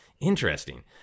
interesting